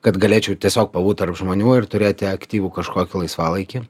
kad galėčiau tiesiog pabūt tarp žmonių ir turėti aktyvų kažkokį laisvalaikį